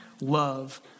Love